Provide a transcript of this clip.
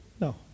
no